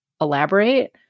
elaborate